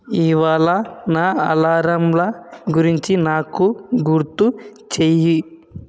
ఇవాళ నా అలారంల గురించి నాకు గుర్తు చెయ్యి